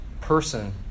person